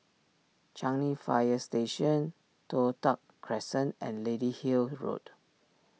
Changi Fire Station Toh Tuck Crescent and Lady Hill Road